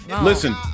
Listen